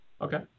Okay